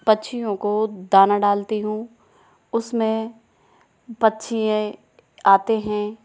पक्षियों को दाना डालती हूँ उसमें पक्षी आते हैं